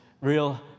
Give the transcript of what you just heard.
real